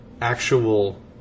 actual